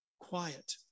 quiet